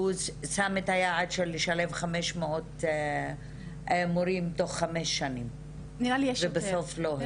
הוא שם את היעד לשלב 500 מורים בתוך חמש שנים ובסוף לא הגיע.